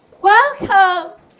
Welcome